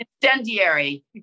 Incendiary